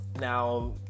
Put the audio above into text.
Now